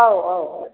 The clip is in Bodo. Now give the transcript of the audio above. औ औ